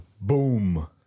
Boom